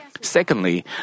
Secondly